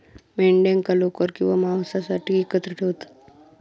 मेंढ्यांका लोकर किंवा मांसासाठी एकत्र ठेवतत